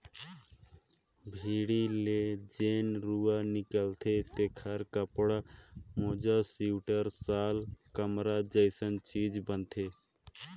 भेड़ी ले जेन रूआ मिलथे तेखर कपड़ा, मोजा सिवटर, साल, कमरा जइसे चीज बनथे